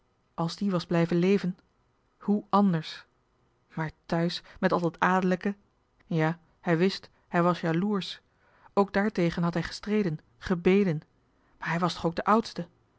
die was blijven leven he anders maar thuis met al dat adellijke ja hij wist hij was jaloersch ook daartegen had johan de meester de zonde in het deftige dorp hij gestreden gebeden maar hij was toch ook de oudste